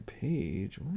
page